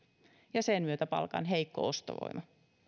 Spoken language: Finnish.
ja sen myötä palkan heikko ostovoima